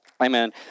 Amen